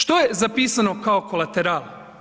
Što je zapisano kao kolateral?